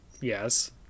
Yes